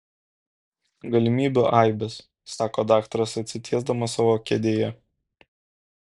galimybių aibės sako daktaras atsitiesdamas savo kėdėje